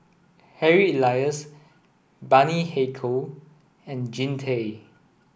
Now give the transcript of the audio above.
Harry Elias Bani Haykal and Jean Tay